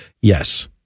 yes